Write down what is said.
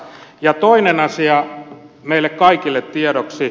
ja toinen asia meille kaikille tiedoksi